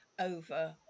over